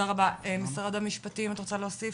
משרד המשפטים את רוצה להוסיף?